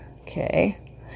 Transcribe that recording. Okay